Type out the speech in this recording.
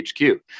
HQ